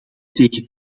tegen